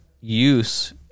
use